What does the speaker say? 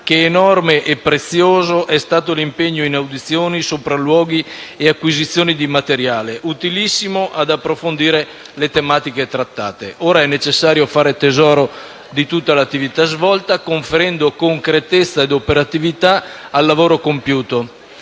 che enorme e prezioso è stato l'impegno in audizioni, sopralluoghi e acquisizioni di materiale, utilissimo ad approfondire le tematiche trattate. Ora è necessario fare tesoro di tutta l'attività svolta, conferendo concretezza ed operatività al lavoro compiuto.